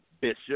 bishop